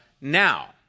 now